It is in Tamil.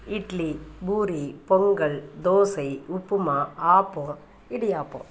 இட்லி பூரி பொங்கல் தோசை உப்புமா ஆப்பம் இடியாப்பம்